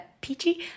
peachy